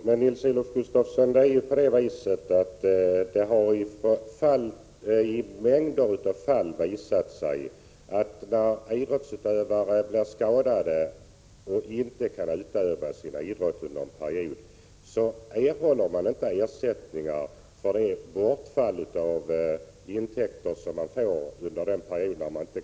Herr talman! I mängder av fall, Nils-Olof Gustafsson, har det visat sig att när idrottsutövare blir skadade och inte kan utöva sin idrott under en period erhåller de inte ersättning för det bortfall av intäkter som de drabbas av.